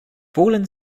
fallen